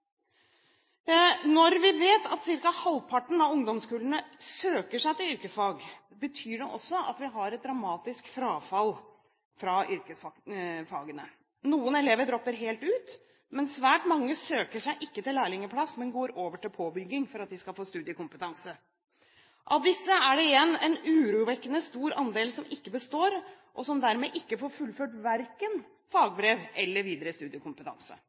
Når vi vet at ca. halvparten av ungdomskullene søker seg til yrkesfag, betyr det også at vi har et dramatisk frafall fra yrkesfagene. Noen elever dropper helt ut, men svært mange søker seg ikke til lærlingplass, men går over til påbygging for at de skal få studiekompetanse. Av disse er det igjen en urovekkende stor andel som ikke består, og som dermed ikke får fullført verken fagbrev eller videre studiekompetanse.